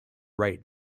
rate